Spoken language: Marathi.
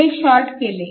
हे शॉर्ट केले